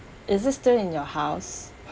is it still in your house